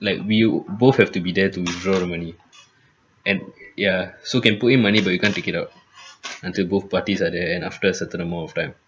like we'll both have to be there to withdraw the money and ya so can put in money but you can't take it out until both parties are there and after a certain amount of time